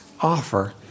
offer